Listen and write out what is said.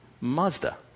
Mazda